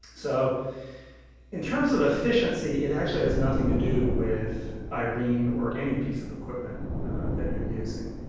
so in terms of efficiency it actually has nothing to do with irene or any piece of equipment that you're using.